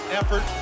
effort